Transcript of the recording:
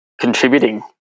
contributing